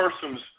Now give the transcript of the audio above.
persons